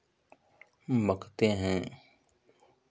बत्तखें हैं